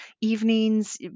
evenings